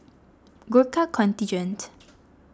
Gurkha Contingent